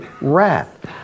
wrath